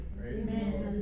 Amen